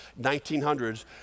1900s